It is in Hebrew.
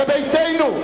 זה ביתנו.